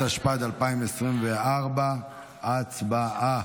התשפ"ד 2024. הצבעה.